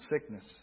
Sickness